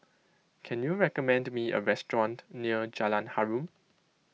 can you recommend me a restaurant near Jalan Harum